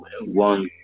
one